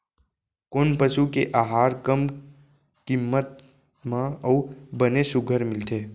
कोन पसु के आहार कम किम्मत म अऊ बने सुघ्घर मिलथे?